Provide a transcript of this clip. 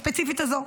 הספציפית הזו,